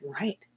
Right